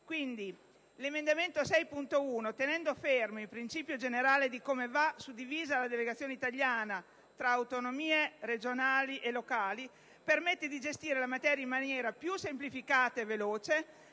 l'emendamento 6.1, tenendo fermo il principio generale della suddivisione della delegazione italiana tra autonomie regionali e locali, permette di gestire la materia in maniera più semplificata e veloce,